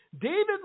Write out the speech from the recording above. David